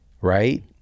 right